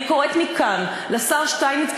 אני קוראת מכאן לשר שטייניץ,